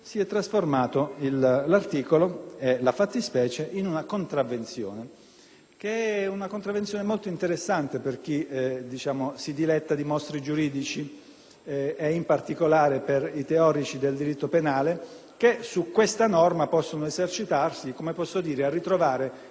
in una contravvenzione che è molto interessante per chi si diletta di mostri giuridici e in particolare per i teorici del diritto penale, i quali su questa norma possono esercitarsi a ritrovare in una unica singola concezione normativa una serie molteplice